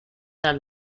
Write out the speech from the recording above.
tras